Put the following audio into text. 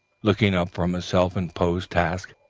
looking up from his self-imposed task.